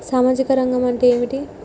సామాజిక రంగం అంటే ఏమిటి?